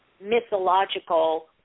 mythological